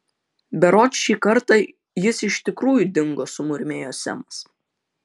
berods šį kartą jis iš tikrųjų dingo sumurmėjo semas